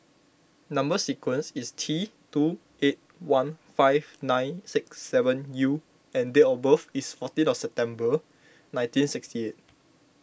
Number Sequence is T two eight one five nine six seven U and date of birth is fourteen of September nineteen sixty eight